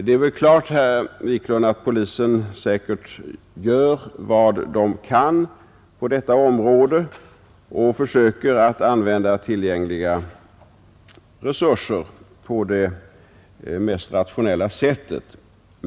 Det är väl klart, herr Wiklund, att polisen gör vad den kan på detta område och försöker att använda tillgängliga resurser på det mest rationella sättet.